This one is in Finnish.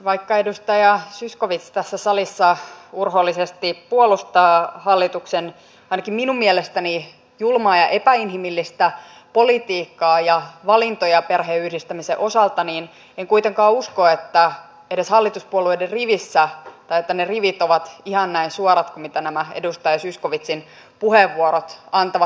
vaikka edustaja zyskowicz tässä salissa urhoollisesti puolustaa hallituksen ainakin minun mielestäni julmaa ja epäinhimillistä politiikkaa ja valintoja perheenyhdistämisen osalta niin en kuitenkaan usko että edes hallituspuolueiden rivit ovat ihan näin suorat kuin mitä nämä edustaja zyskowiczin puheenvuorot antavat ymmärtää